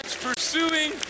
pursuing